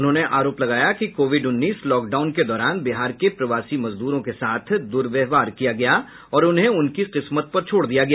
उन्होंने आरोप लगाया कि कोविड उन्नीस लॉकडाउन के दौरान बिहार के प्रवासी मजदूरों के साथ दुर्व्यवहार किया गया और उन्हें उनकी किस्मत पर छोड दिया गया